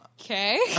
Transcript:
okay